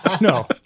No